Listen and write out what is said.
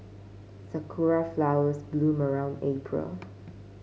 sakura flowers bloom around April